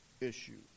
issues